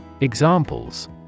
Examples